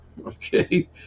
Okay